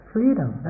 Freedom